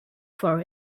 for